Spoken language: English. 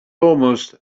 almost